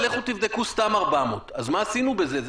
זה לא